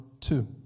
two